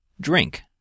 drink